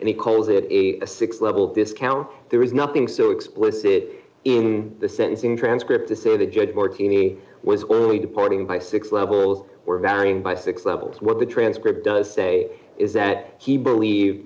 and he calls it a six level discount there is nothing so explicit in the sentencing transcript to say the judge or to any was only departing by six level or varying by six levels what the transcript does say is that he believe